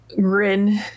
grin